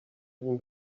even